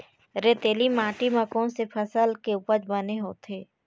रेतीली माटी म कोन से फसल के उपज बने होथे?